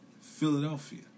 Philadelphia